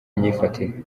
myifatire